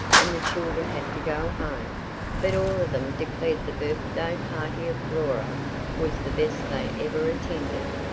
and the children had to go home but all of them declared the birthday party of flora was the best they ever attended.